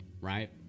Right